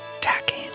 tacking